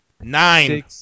nine